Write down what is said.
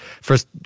First